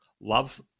love